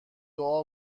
دعا